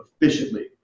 efficiently